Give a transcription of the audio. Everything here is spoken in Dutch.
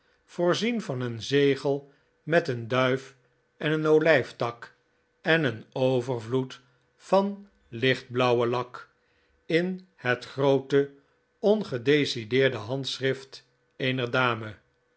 voorzien van een zegel met een duif en een olijftak en een overvloed van lichtblauwe lak in het groote ongedecideerde handschrift eener dame